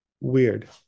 Weird